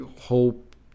hope